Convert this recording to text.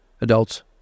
adults